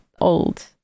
old